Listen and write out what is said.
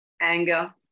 anger